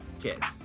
kids